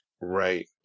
right